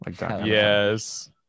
Yes